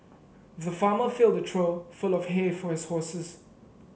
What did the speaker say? the farmer filled the trough full of hay for his horses